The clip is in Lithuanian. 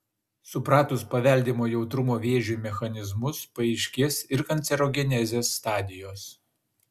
supratus paveldimo jautrumo vėžiui mechanizmus paaiškės ir kancerogenezės stadijos